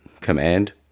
command